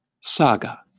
Saga